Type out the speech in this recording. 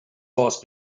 horse